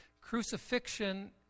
Crucifixion